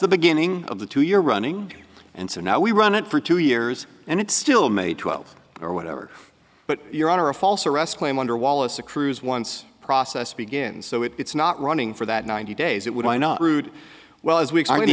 the beginning of the two year running and so now we run it for two years and it still may twelfth or whatever but your honor a false arrest claim under wallace a cruise once process begins so if it's not running for that ninety days it would why not rude well as we are